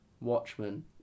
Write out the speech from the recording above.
Watchmen